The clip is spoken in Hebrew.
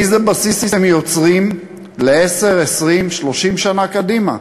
איזה בסיס הם יוצרים לעשר, 20, 30 שנה קדימה?